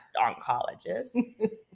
oncologist